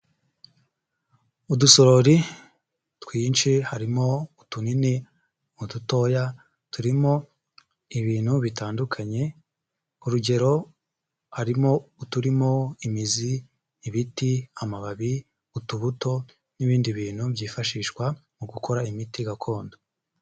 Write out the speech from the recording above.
Udusorori twinshi harimo utunini n'udutoya turimo ibintu bitandukanye urugero; harimo uturimo imizi, ibiti, amababi, utubuto n'ibindi bintu byifashishwa mugukora imiti gakondo.